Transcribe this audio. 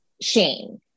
shame